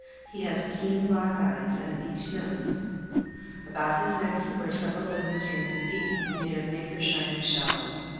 he has keen black eyes and a beaked nose about his neck he wears several dozen strings of beads, made of nacre shining shells,